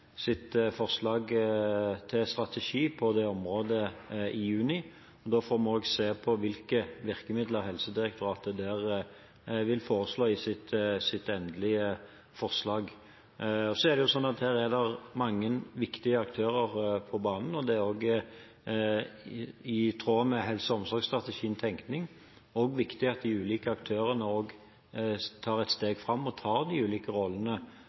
sitt forslag til strategi på det området i juni. Da får vi se på hvilke virkemidler Helsedirektoratet vil foreslå i sitt endelige forslag. Det er også sånn at her er det mange viktige aktører på banen. Det er i tråd med helse- og omsorgsstrategiens tenkning, og det er viktig at de ulike aktørene også tar et steg fram og tar de ulike rollene